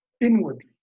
inwardly